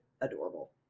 adorable